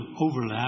overlap